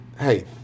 Hey